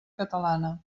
catalana